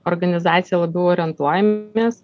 organizacija labiau orientuojamės